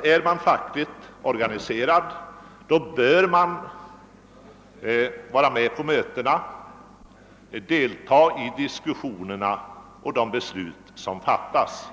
Är man fackligt organiserad bör man vara med på mötena, delta i diskussionerna och i de beslut som fattas.